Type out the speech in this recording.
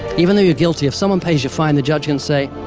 even though you're guilty, if someone pays your fine, the judge can say,